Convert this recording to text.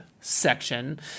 section